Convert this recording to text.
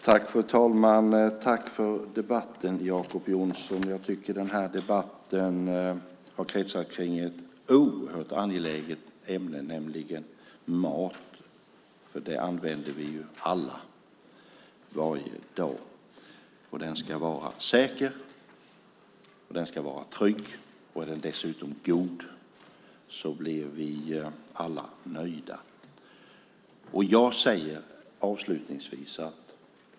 Fru talman! Tack för debatten, Jacob Johnson. Debatten har kretsat kring ett oerhört angeläget ämne, nämligen mat. Den äter vi alla varje dag. Den ska vara säker och trygg. Är den dessutom god blir vi alla nöjda.